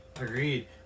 Agreed